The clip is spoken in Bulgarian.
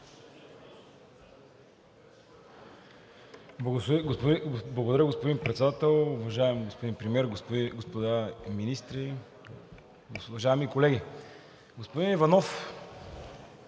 Благодаря, господин Председател. Уважаеми господин Премиер, господа министри, уважаеми колеги! Господин Иванов,